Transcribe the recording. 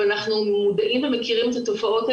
אנחנו מודעים ומכירים את התופעות האלה